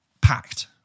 packed